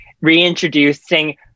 reintroducing